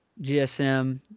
GSM